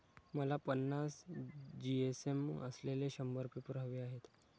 मला पन्नास जी.एस.एम असलेले शंभर पेपर हवे आहेत